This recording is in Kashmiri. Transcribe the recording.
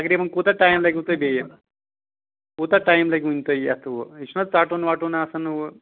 تقریٖباً کوٗتاہ ٹایِم لگوٕ تۄہہِ بیٚیہِ کوٗتاہ ٹایِم لگوٕ ؤنہِ تۄہہِ یتھ ہُہ یہِ چھُناہ ژٹُن وٹُن آسان ہُہ